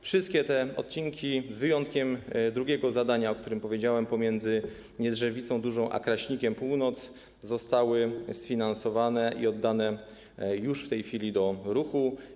Wszystkie te odcinki, z wyjątkiem drugiego zadania, o którym powiedziałem, pomiędzy Niedrzwicą Dużą a Kraśnikiem Północ, zostały sfinansowane i w tej chwili już oddane do ruchu.